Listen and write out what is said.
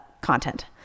content